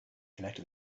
connected